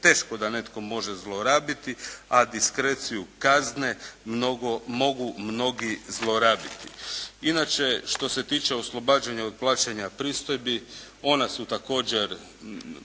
teško da netko može zlorabiti, a diskreciju kazne mogu mnogi zlorabiti. Inače što se tiče oslobađanja od plaćanja pristojbi ona su također